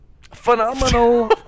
Phenomenal